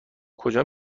کجا